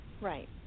right